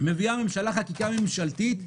חקיקה ממשלתית.